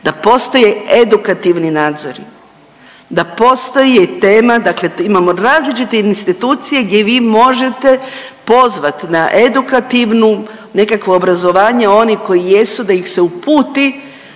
da postoje edukativni nadzori. Da postoji tema, dakle imamo različite institucije gdje vi možete na edukativnu nekakvo obrazovanje oni koji jesu, da ih se uputi,